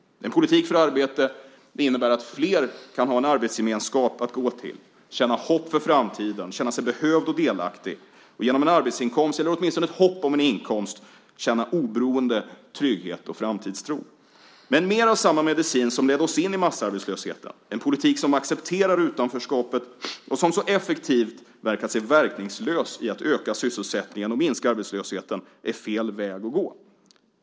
En politik för arbete innebär att flera kan känna arbetsgemenskap, känna hopp för framtiden, känna sig behövda och delaktiga och genom en arbetsinkomst, eller åtminstone ett hopp om en inkomst, känna oberoende, trygghet och framtidstro. Men mer av samma medicin som ledde oss in i massarbetslösheten, en politik som accepterar utanförskapet och som så effektivt visat sig verkningslöst för att öka sysselsättningen och minska arbetslösheten, är fel väg att gå.